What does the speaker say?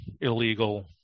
illegal